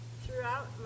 throughout